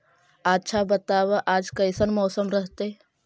आच्छा बताब आज कैसन मौसम रहतैय?